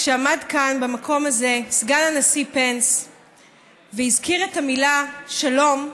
כשעמד כאן במקום הזה סגן הנשיא פנס והזכיר את המילה שלום,